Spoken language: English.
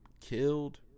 killed